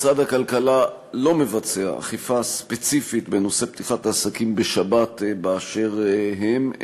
משרד הכלכלה לא מבצע אכיפה ספציפית בנושא פתיחת עסקים בשבת באשר הם,